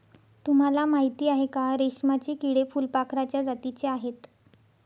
तुम्हाला माहिती आहे का? रेशमाचे किडे फुलपाखराच्या जातीचे आहेत